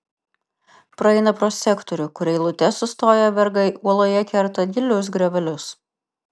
praeina pro sektorių kur eilute sustoję vergai uoloje kerta gilius griovelius